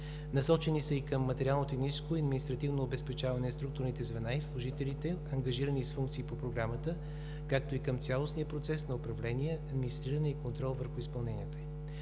Насочени са и към материално-техническо и административно обезпечаване на структурните звена и служителите, ангажирани с функции по Програмата, както и към цялостния процес на управление, администриране и контрол върху изпълнението